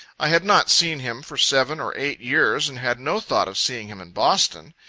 i had not seen him for seven or eight years, and had no thought of seeing him in boston.